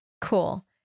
cool